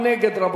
מי נגד?